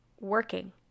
working